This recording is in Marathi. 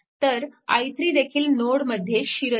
तर i3 देखील नोडमध्ये शिरत आहे